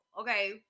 Okay